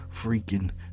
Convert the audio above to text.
freaking